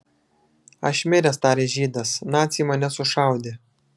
aš miręs tarė žydas naciai mane sušaudė